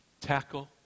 tackle